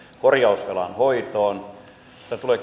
korjausvelan hoitoon ja tulee